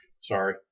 Sorry